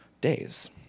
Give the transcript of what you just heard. days